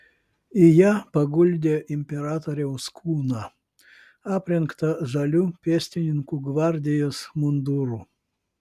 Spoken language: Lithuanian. į ją paguldė imperatoriaus kūną aprengtą žaliu pėstininkų gvardijos munduru